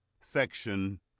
section